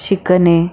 शिकणे